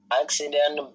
accident